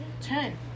Ten